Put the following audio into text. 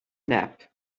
nap